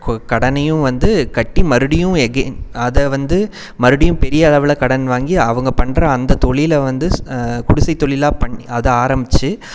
கடனையும் வந்து கட்டி மறுடியும் எகெயின் அதை வந்து மறுடியும் பெரிய அளவில் கடன் வாங்கி அவங்க பண்ணுற அந்த தொழில் வந்து குடிசை தொழிலாக பண்ணி அதை ஆரம்பித்து